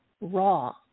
raw